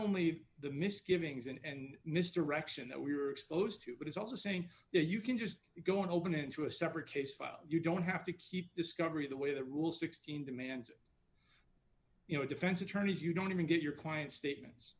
only the misgivings and mr rection that we were exposed to but it's also saying that you can just go and open into a separate case file you don't have to keep discovery the way the rule sixteen demands you know defense attorneys you don't even get your client statements